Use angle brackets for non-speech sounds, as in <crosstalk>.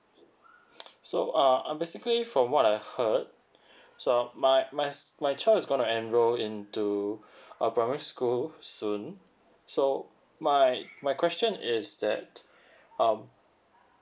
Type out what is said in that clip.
<noise> so uh um basically from what I heard so my my my child is gonna enrol into a primary school soon so my my question is that um